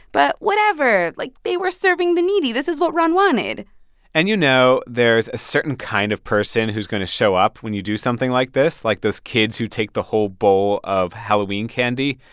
but whatever like, they were serving the needy. this is what ron wanted and you know there's a certain kind of person who's going to show up when you do something like this, like those kids who take the whole bowl of halloween candy.